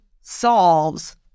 solves